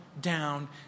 down